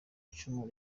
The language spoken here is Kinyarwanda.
icumu